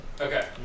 Okay